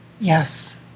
Yes